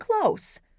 close